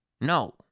No